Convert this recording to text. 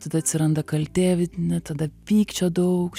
tada atsiranda kaltė vidine tada pykčio daug